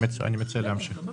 אני מציע להמשיך.